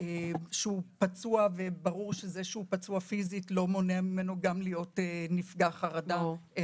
מי שפצוע פיזית לא מונע ממנו להיות גם נפגע חרדה,